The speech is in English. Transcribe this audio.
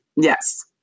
Yes